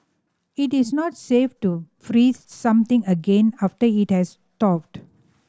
it is not safe to freeze something again after it has thawed